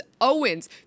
Owens